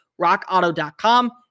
RockAuto.com